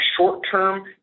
short-term